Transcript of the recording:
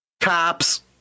cops